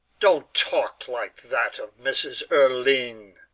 don't talk like that of mrs. erlynne,